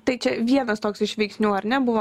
tai čia vienas toks iš veiksnių ar ne buvo